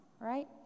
right